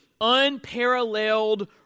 unparalleled